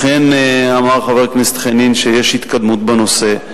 אכן, אמר חבר הכנסת חנין שיש התקדמות בנושא.